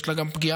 יש לה גם פגיעה,